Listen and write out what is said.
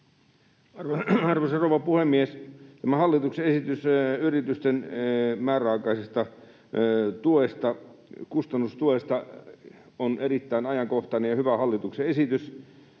Arvoisa rouva puhemies! Tämä hallituksen esitys yritysten määräaikaisesta kustannustuesta on erittäin ajankohtainen ja hyvä hallituksen esitys.